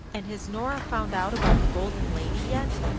and has nora found out about the golden lady yet?